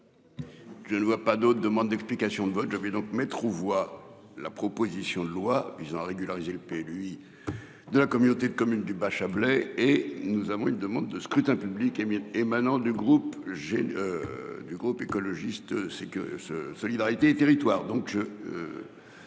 Je ne vois pas d'autres demandes d'explications de vote. Je vais donc mettre aux voix, la proposition de loi visant à régulariser le P. lui. De la communauté de communes du bas Chablais et nous avons une demande de scrutin public émanant du groupe j'ai. Du groupe